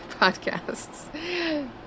podcasts